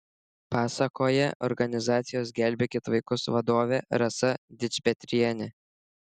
pasakoja organizacijos gelbėkit vaikus vadovė rasa dičpetrienė